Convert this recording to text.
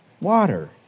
water